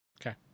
Okay